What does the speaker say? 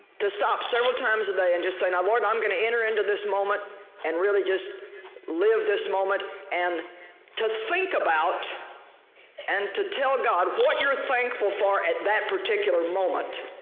to stop several times a day and just say, now lord, i'm going to enter into this moment and really just live this moment and to think about and to tell god what you're thankful for at that particular moment